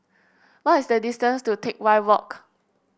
what is the distance to Teck Whye Walk